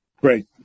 Great